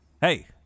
Hey